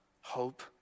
hope